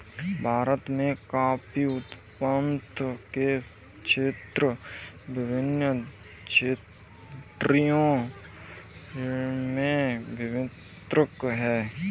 भारत में कॉफी उत्पादन के क्षेत्र विभिन्न श्रेणियों में विभक्त हैं